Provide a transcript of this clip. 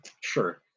Sure